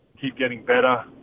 keep-getting-better